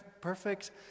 perfect